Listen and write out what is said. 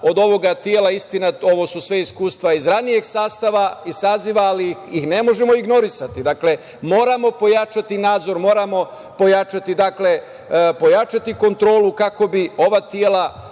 od ovog tela. Istina, ovo su sve iskustva iz ranije saziva, ali ih ne možemo ignorisati. Dakle, moramo pojačati nadzor, moramo pojačati kontrolu kako bi ova tela